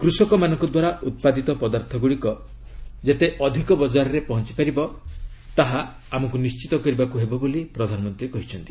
କୃଷକମାନଙ୍କ ଦ୍ୱାରା ଉତ୍ପାଦିତ ପଦାର୍ଥଗୁଡ଼ିକ ଯେତେ ଅଧିକ ବଜାରରେ ପହଞ୍ଚ ପାରିବ ତାହା ଆମକୁ ନିଶ୍ଚିତ କରିବାକୁ ହେବ ବୋଲି ପ୍ରଧାନମନ୍ତ୍ରୀ କହିଛନ୍ତି